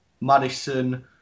Madison